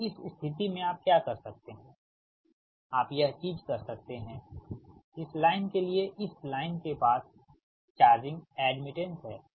तो इस स्थिति में आप क्या कर सकते हैं आप यह चीज कर सकते हैं इस लाइन के लिएइस लाइन के पास चार्जिंग एड्मिटेंस है